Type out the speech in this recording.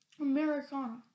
Americana